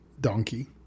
donkey